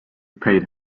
paid